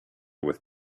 with